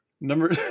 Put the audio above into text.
Number